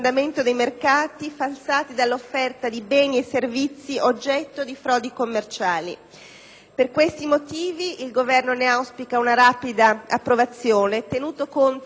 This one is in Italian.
Per questi motivi, il Governo ne auspica una rapida approvazione, tenuto conto che anche tutti gli altri Stati dell'Unione europea hanno ormai già provveduto alla ratifica.